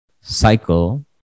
cycle